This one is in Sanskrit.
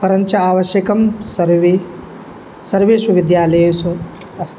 परञ्च आवश्यकं सर्वेषु विद्यालयेषु अस्ति